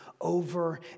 over